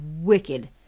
wicked